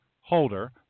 holder